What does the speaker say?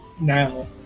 now